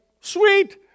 sweet